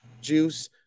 juice